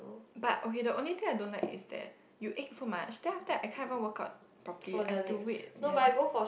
but okay the only thing I don't like is that you ache so much then after that I can't even workout properly I have to wait ya